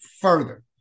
further